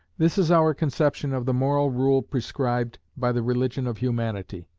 this is our conception of the moral rule prescribed by the religion of humanity.